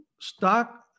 stock